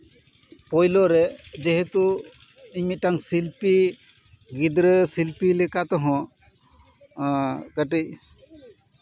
ᱯᱳᱭᱞᱳ ᱨᱮ ᱡᱮᱦᱮᱛᱩ ᱤᱧ ᱢᱤᱫᱴᱟᱱ ᱥᱤᱞᱯᱤ ᱜᱤᱫᱽᱨᱟᱹ ᱥᱤᱞᱯᱤ ᱞᱮᱠᱟ ᱛᱮᱦᱚᱸ ᱠᱟᱹᱴᱤᱡ